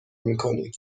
میکنیم